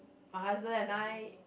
my husband and I